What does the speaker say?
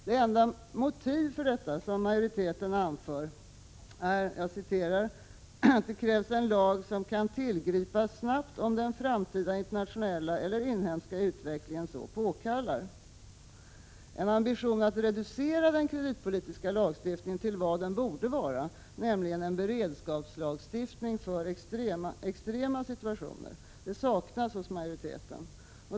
Det enda motiv som majoriteten anför är att det sägs krävas en lag, som ”kan tillgripas snabbt om den framtida internationella eller inhemska utvecklingen så påkallar”. En ambition att reducera den kreditpolitiska lagstiftningen till vad den borde vara — nämligen en beredskapslagstiftning för extrema situationer — saknas hos majoriteten.